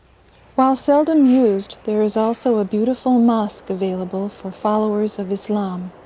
while seldom used, there is also a beautiful mosque available for followers of islam,